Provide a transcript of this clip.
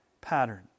pattern